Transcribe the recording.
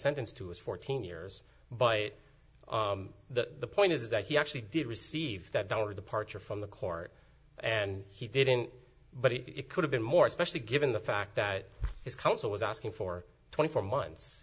sentenced to was fourteen years but the point is that he actually did receive that dollar a departure from the court and he didn't but he could have been more especially given the fact that his counsel was asking for twenty four months